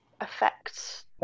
Affects